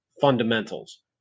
fundamentals